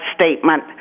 statement